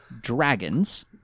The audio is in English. Dragons